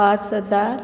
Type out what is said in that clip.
पांच हजार